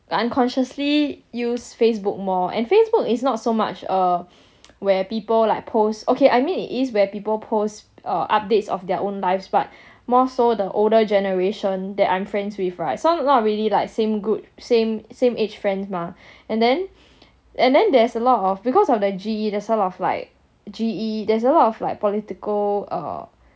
unconsciously use Facebook more and Facebook is not so much uh where people like post okay I mean it is where people post updates of their own lives but more so the older generation that I'm friends with [right] some not really like same group same same age friend mah and then and then there's a lot of because of the G_E there's a lot of like G_E there's a lot of like political err